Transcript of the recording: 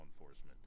enforcement